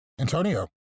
Antonio